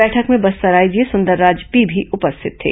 बैठक में Bastar IG Sundarraj P भी उपस्थित थे